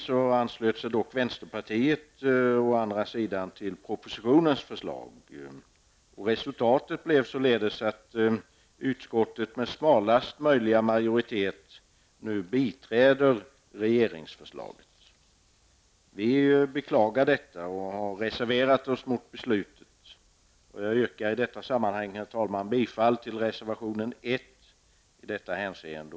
Vänsterpartiet anslöt sig dock efter viss betänketid å andra sidan till propositionsförslaget, och resultatet blev således att utskottet med smalaste möjliga majoritet nu biträder regeringsförslaget. Vi beklagar detta och har reserverat oss mot beslutet. Herr talman! Jag yrkar i detta sammanhang bifall till reservation 1 i detta hänseende.